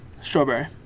Strawberry